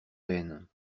peine